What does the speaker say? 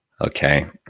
Okay